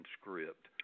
script